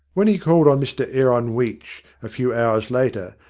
when he called on mr aaron weech a few hours later,